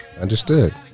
understood